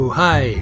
hi